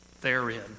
therein